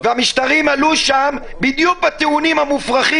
והמשטרים עלו שם בדיוק בטיעונים המופרכים